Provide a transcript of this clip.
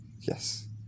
Yes